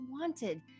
wanted